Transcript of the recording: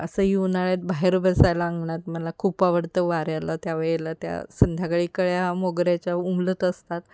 असंही उन्हाळ्यात बाहेर बसायला अंगणात मला खूप आवडतं वाऱ्याला त्यावेळेला त्या संध्याकाळी कळ्या मोगऱ्याच्या उमलत असतात